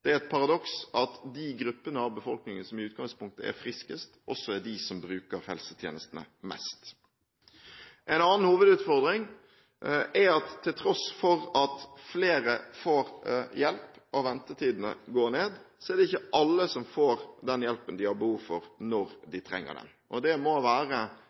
Det er et paradoks at de gruppene av befolkningen som i utgangspunktet er friskest, også er dem som bruker helsetjenestene mest. En annen hovedutfordring er at til tross for at flere får hjelp og ventetidene går ned, er det ikke alle som får den hjelpen de har behov for når de trenger den, og det må være